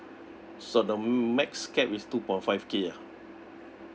so the max cap is two point five K ah